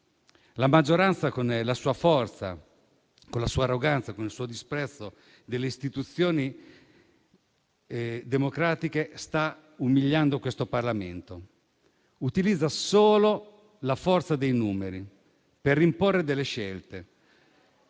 La maggioranza con la sua forza, con la sua arroganza e con il suo disprezzo delle istituzioni democratiche sta umiliando questo Parlamento. Utilizza solo la forza dei numeri per imporre delle scelte.